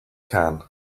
can